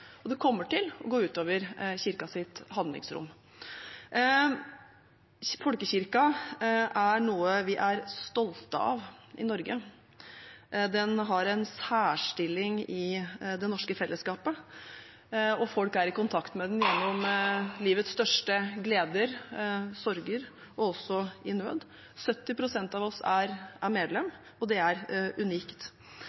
og det kommer til å gå ut over Kirkens handlingsrom. Folkekirken er noe vi er stolte av i Norge. Den har en særstilling i det norske fellesskapet, og folk er i kontakt med den gjennom livets største gleder, sorger og også i nød. 70 pst. av oss er medlemmer, og det er